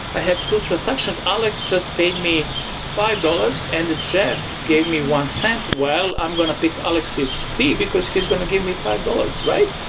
have two transactions. alex just paid me five dollars and jeff gave me one cent. well, i'm going to pick alex's fee, because he's going to give me five dollars, right?